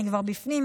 אני כבר בפנים,